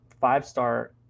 Five-star